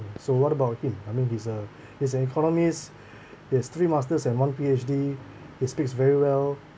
so what about him I mean he's a he's an economist he has three masters and one P_H_D he speaks very well